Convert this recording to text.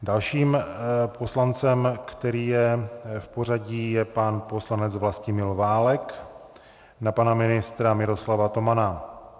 Dalším poslancem, který je v pořadí, je pan poslanec Vlastimil Válek na pana ministra Miroslava Tomana.